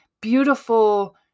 beautiful